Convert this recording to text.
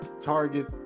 target